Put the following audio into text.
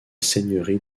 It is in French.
seigneurie